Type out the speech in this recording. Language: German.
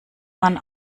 man